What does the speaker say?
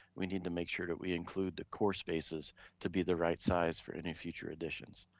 we need to make sure that we include the core spaces to be the right size for any future additions.